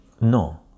no